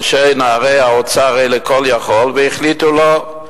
אנשי, נערי האוצר אלה, כול-יכול, והחליטו, לא.